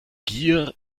gier